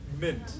Mint